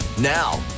Now